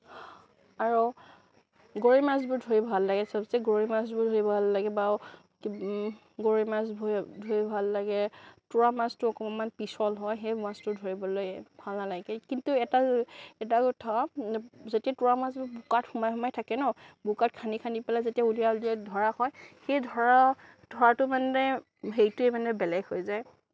আৰু গৰৈ মাছবোৰ ধৰি ভাল লাগে সবসে গৰৈ মাছবোৰ ধৰি ভাল লাগে বা গৰৈ মাছ ধৰি ভাল লাগে টোৰা মাছটো অকণমান পিচল হয় সেই মাছটো ধৰিবলৈ ভাল নালাগে কিন্তু এটা এটা কথা যদি টোৰা মাছবোৰ বোকাত সোমাই সোমাই থাকে ন বোকা খান্দি খান্দি পেলাই যেতিয়া উলিয়াই উলিয়াই ধৰা হয় সেই ধৰা ধৰাটো মানে হেৰিটোয়েই মানে বেলেগ হৈ যায়